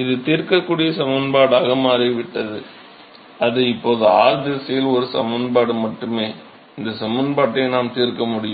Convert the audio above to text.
அது தீர்க்கக்கூடிய சமன்பாடாக மாறிவிட்டது அது இப்போது r திசையில் ஒரு சமன்பாடு மட்டுமே இந்த சமன்பாட்டை நாம் தீர்க்க முடியும்